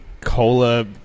cola